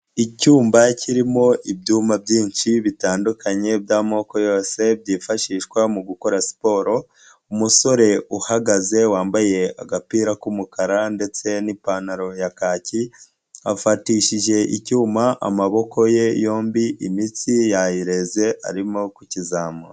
Icyumba kirimo ibyuma byinshi bitandukanye by'amoko yose byifashishwa mu gukora siporo, umusore uhagaze wambaye agapira k'umukara ndetse n'ipantaro ya kaki, afatishije icyuma amaboko ye yombi, imitsi yayireze arimo kukizamura.